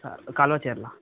sir Kalvacharla